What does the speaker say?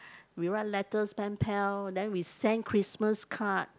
we write letters pen pal then we send Christmas card